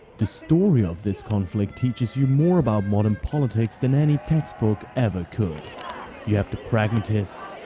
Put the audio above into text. the story of this conflict teaches you more about modern politics than any textbook ever could you have the pragmatists,